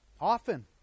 Often